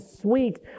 sweet